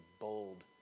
bold